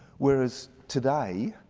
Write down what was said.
whereas today,